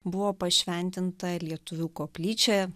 buvo pašventinta lietuvių koplyčia